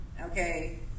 okay